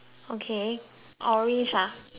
orange ah to a